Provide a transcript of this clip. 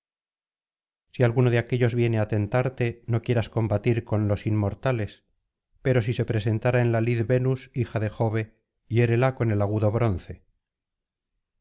si alguno de aquéllos viene á tentarte no quieras combatir con los inmortales pero si se presentara en la lid venus hija de jove hiérela con el agudo bronce